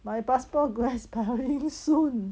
my passport gonna expiring soon